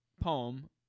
poem